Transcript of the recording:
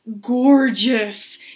gorgeous